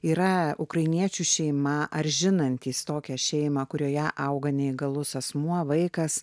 yra ukrainiečių šeima ar žinantys tokią šeimą kurioje auga neįgalus asmuo vaikas